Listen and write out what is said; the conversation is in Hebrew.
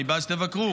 אני בעד שתבקרו,